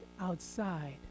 outside